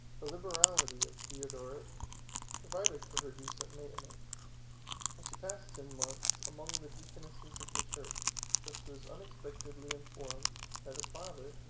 the liberality of theodoret provided for her decent maintenance and she passed ten months among the deaconesses of the church till she was unexpectedly informed, that her father,